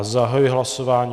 Zahajuji hlasování.